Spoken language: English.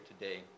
today